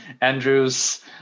Andrews